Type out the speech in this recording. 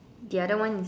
the other one